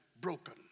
broken